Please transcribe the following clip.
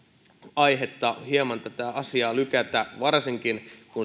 aihetta hieman tätä asiaa lykätä varsinkin kun